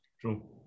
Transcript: True